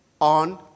on